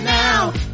now